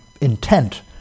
intent